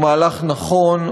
הוא מהלך נכון,